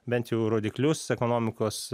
bent jau rodiklius ekonomikos